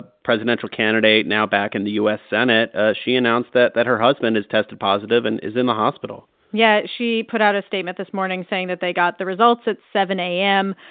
ah presidential candidate now back in the u s. senate she announced that that her husband has tested positive and is in the hospital yeah. she put out a statement this morning saying that they got the results at seven a m.